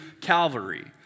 Calvary